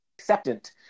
Acceptant